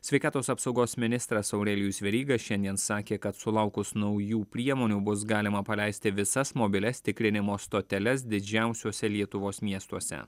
sveikatos apsaugos ministras aurelijus veryga šiandien sakė kad sulaukus naujų priemonių bus galima paleisti visas mobilias tikrinimo stoteles didžiausiuose lietuvos miestuose